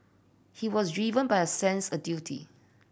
he was driven by a sense a duty